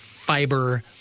fiber